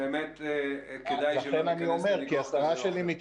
באמת כדאי שלא תיכנס לוויכוח הזה.